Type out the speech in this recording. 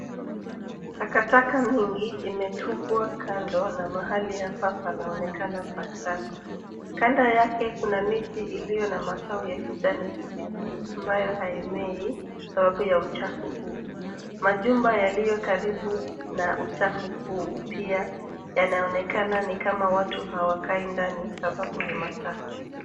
Takataka mingi imetupwa kando na mahali hapa panaonekana pachafu. Kando yake kuna miti iliyo na matawi ya kijani kibichi ambayo haimei sababu ya uchafu huu. Majumba yaliyo karibu na uchafu huu pia yanaonekana ni kama watu hawakai ndani sababu ni machafu.